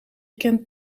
kent